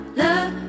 love